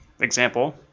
example